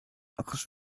achos